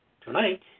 tonight